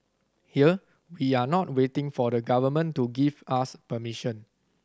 here we are not waiting for the Government to give us permission